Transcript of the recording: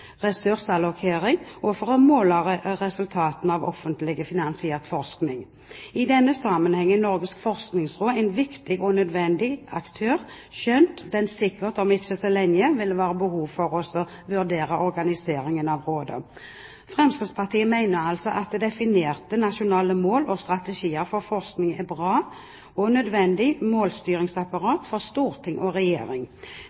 og for å måle resultatene av offentlig finansiert forskning. I denne sammenheng er Norges forskningsråd en viktig og nødvendig aktør, skjønt det sikkert om ikke så veldig lenge vil være behov for å vurdere organiseringen av rådet. Fremskrittspartiet mener altså at definerte nasjonale mål og strategier for forskning er bra og et nødvendig